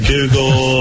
Google